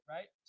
Right